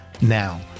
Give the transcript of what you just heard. Now